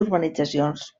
urbanitzacions